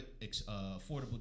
affordable